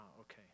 okay